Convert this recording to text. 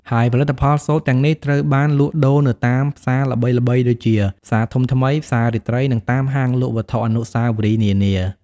ហើយផលិតផលសូត្រទាំងនេះត្រូវបានលក់ដូរនៅតាមផ្សារល្បីៗដូចជា ផ្សារធំថ្មី ផ្សាររាត្រី និងតាមហាងលក់វត្ថុអនុស្សាវរីយ៍នានា។